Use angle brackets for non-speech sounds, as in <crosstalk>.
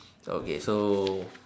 <breath> okay so